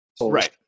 Right